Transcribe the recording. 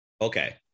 Okay